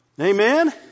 Amen